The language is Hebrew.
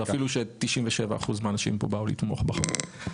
אפילו ש-97% מהאנשים פה באו לתמוך בחוק.